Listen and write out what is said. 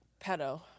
pedo